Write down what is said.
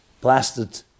blasted